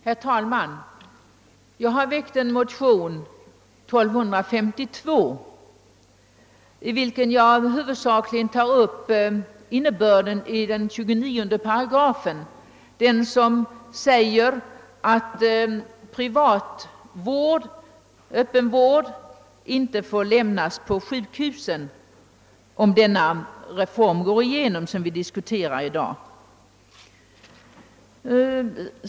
Herr talman! Jag har väckt en motion, II: 1252, i vilken jag huvudsakligen tar upp innebörden i den i propositionen föreslagna 29 § sjukvårdslagen, enligt vilken öppen vård inte skall få lämnas på sjukhusen, om den reform vi i dag diskuterar blir antagen.